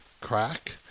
crack